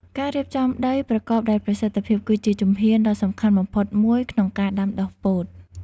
ការរៀបចំដីប្រកបដោយប្រសិទ្ធភាព គឺជាជំហានដ៏សំខាន់បំផុតមួយក្នុងការដាំដុះពោត។